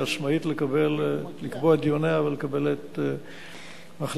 היא עצמאית לקבוע את דיוניה ולקבל את החלטותיה,